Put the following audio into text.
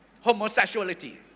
Homosexuality